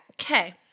Okay